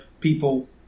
people